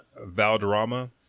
Valderrama